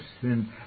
sin